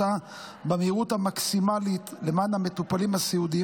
אותה במהירות המקסימלית למען המטופלים הסיעודיים,